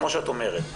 כמו שאת אומרת,